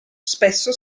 spesso